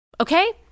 Okay